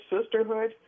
sisterhood